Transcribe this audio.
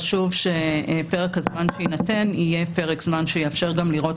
חשוב שפרק הזמן שיינתן יהיה פרק זמן שיאפשר גם לראות